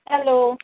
hello